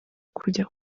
kujya